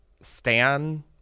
stan